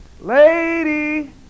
lady